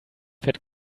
fährt